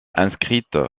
inscrite